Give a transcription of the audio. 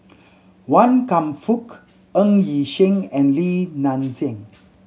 Wan Kam Fook Ng Yi Sheng and Li Nanxing